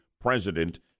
president